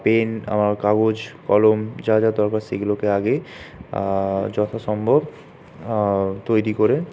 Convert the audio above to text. pen কাগজ কলম যা যা দরকার সেইগুলোকে আগে যথাসম্ভব তৈরি করে